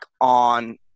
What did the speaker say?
on